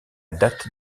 date